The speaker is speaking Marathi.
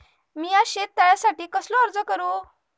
मीया शेत तळ्यासाठी कसो अर्ज करू?